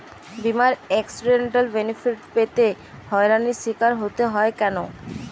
বিমার accidental benefit পেতে হয়রানির স্বীকার হতে হয় কেন?